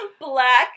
black